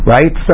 Right